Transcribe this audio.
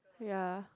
ya